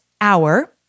hour